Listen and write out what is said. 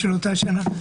באותה שנה.